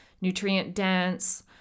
nutrient-dense